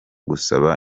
gusaba